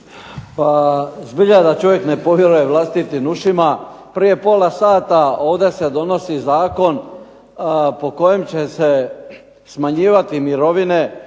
zbilja da čovjek ne povjeruje vlastitim ušima, prije pola sata ovdje se donosi Zakon po kojem će se smanjivati mirovine